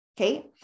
Okay